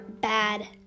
bad